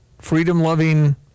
freedom-loving